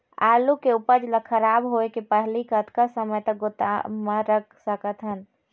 आलू के उपज ला खराब होय के पहली कतका समय तक गोदाम म रख सकत हन?